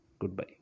Goodbye